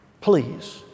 please